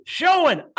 showing